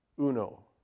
Uno